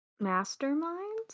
masterminds